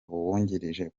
uwungirije